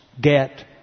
get